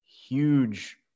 huge